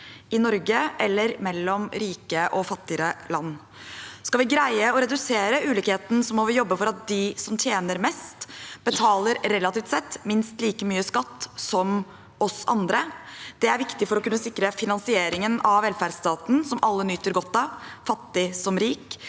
i Norge eller mellom rike og fattige land. Skal vi greie å redusere ulikhetene, må vi jobbe for at de som tjener mest, betaler relativt sett minst like mye skatt som oss andre. Det er viktig for å kunne sikre finansieringen av velferdsstaten som alle nyter godt av, fattig som rik.